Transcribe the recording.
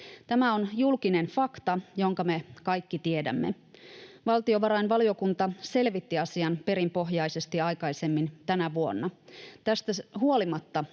Tämä on julkinen fakta, jonka me kaikki tiedämme. Valtiovarainvaliokunta selvitti asian perinpohjaisesti aikaisemmin tänä vuonna. Tästä huolimatta